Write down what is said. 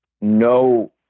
no